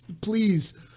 Please